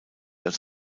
als